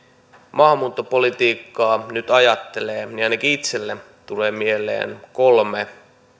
maahanmuuttopolitiikkaa nyt ajattelee niin ainakin itselleni tulee mieleen kolme